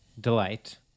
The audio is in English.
delight